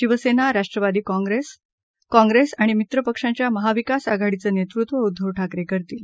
Shiv Sena Rashtrawadi Congress Congress आणि मित्रपक्षांच्या महाविकास आघाडीचं नेतृत्व उद्धव ठाकरे करतील